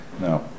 no